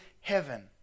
heaven